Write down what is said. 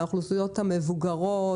האוכלוסיות המבוגרות,